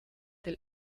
del